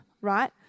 right